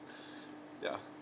ya